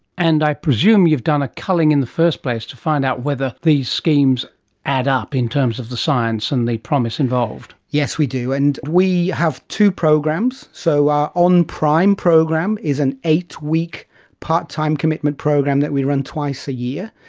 and i presume you've done a culling in the first place to find out whether these schemes add up in terms of the science and the promise involved. yes, we do, and we have two programs. so on prime program is an eight-week part-time commitment program that we run twice a year,